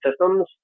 systems